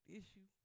issue